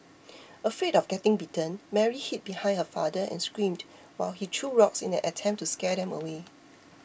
afraid of getting bitten Mary hid behind her father and screamed while he threw rocks in an attempt to scare them away